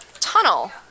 tunnel